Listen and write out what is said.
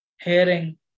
hearing